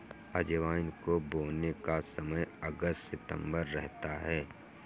अजवाइन को बोने का समय अगस्त सितंबर रहता है